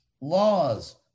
laws